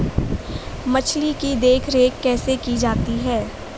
मछली की देखरेख कैसे की जाती है?